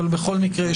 אבל בכל מקרה,